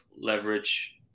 leverage